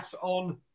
on